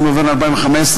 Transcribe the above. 19 בנובמבר 2015,